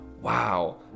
Wow